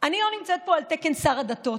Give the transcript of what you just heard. אני לא נמצאת פה על תקן שר הדתות,